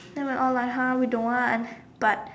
so we were all like !huh! we don't want but